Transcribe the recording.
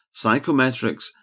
psychometrics